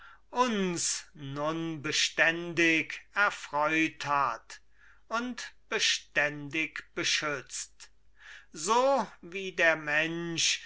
uns nun beständig erfreut hat und beständig beschützt so wie der mensch